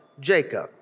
Jacob